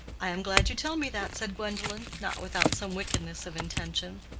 i am glad you tell me that, said gwendolen, not without some wickedness of intention.